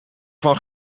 van